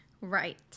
Right